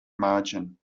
margin